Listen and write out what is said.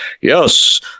Yes